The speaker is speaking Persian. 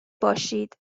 باشید